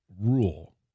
rule